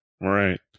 Right